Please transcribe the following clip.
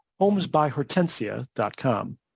homesbyhortensia.com